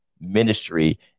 ministry